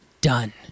done